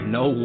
no